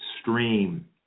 stream